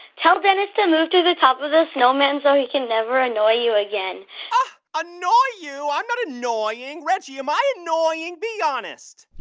tell dennis to move to the top of the snowman, so he can never annoy you again annoy you? i'm not annoying. reggie, am i annoying? be honest